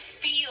feel